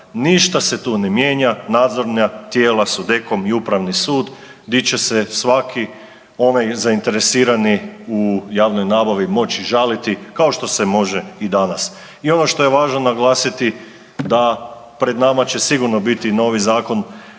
Ništa se tu ne mijenja. Nadzorna tijela su DEKOM i Upravni sud di će se svaki onaj zainteresirani u javnoj nabavi moći žaliti kao što se može i danas. I ono što je važno naglasiti da pred nama će sigurno biti i novi zakon,